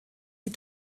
die